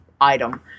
item